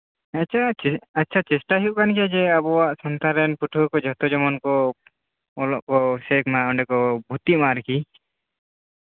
ᱦᱮᱸᱪᱚ ᱡᱮ ᱟᱪᱪᱷᱟ ᱪᱮᱥᱴᱟᱭ ᱦᱩᱭᱩᱜ ᱠᱟᱱ ᱜᱮᱭᱟ ᱡᱮ ᱟᱵᱚᱣᱟᱜ ᱥᱟᱱᱛᱟᱲ ᱨᱮᱱ ᱯᱟᱹᱴᱷᱩᱣᱟᱹ ᱠᱚ ᱡᱟᱠᱮ ᱡᱮᱢᱚᱱ ᱠᱚ ᱚᱞᱚᱜ ᱠᱚ ᱥᱮᱬᱟᱭ ᱢᱟ ᱥᱮ ᱚᱸᱰᱮ ᱠᱚ ᱵᱷᱩᱛᱛᱤᱜ ᱢᱟ ᱟᱨᱠᱤ